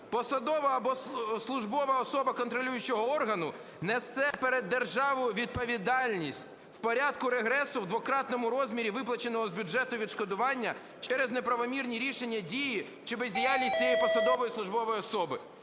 "Посадова або службова особа контролюючого органу несе перед державою відповідальність в порядку регресу в двократному розмірі виплаченого з бюджету відшкодування через неправомірні рішення, дії чи бездіяльність цієї посадової (службової) особи".